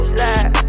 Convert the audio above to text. Slide